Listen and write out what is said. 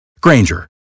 Granger